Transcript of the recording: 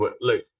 look